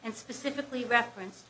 and specifically reference